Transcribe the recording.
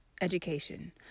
education